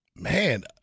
Man